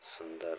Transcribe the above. सुन्दर